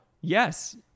yes